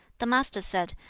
the master said,